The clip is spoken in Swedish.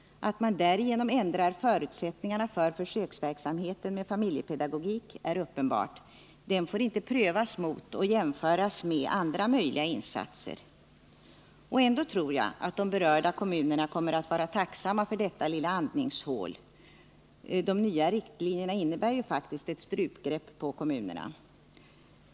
Att man därigenom ändrar förutsättningarna för försöksverksamheten med familjepedagogik är uppenbart — den får inte prövas mot och jämföras med andra möjliga insatser. Ändå tror 9” jag att de berörda kommunerna kommer att vara tacksamma för detta lilla andningshål. De nya riktlinjerna innebär faktiskt ett strupgrepp på kommunerna.